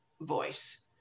voice